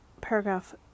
paragraph